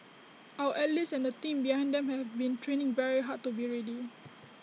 our athletes and the team behind them have been training very hard to be ready